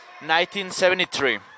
1973